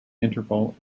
interval